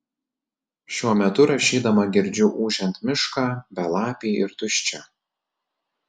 šiuo metu rašydama girdžiu ūžiant mišką belapį ir tuščią